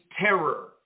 terror